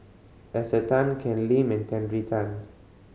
Esther Tan Ken Lim and Terry Tan